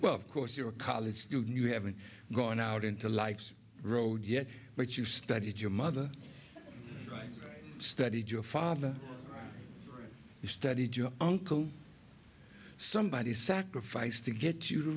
well of course you're a college student you haven't gone out into life's road yet but you've studied your mother right studied your father you studied your uncle somebody sacrificed to get you to